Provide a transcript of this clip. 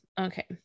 Okay